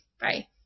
Bye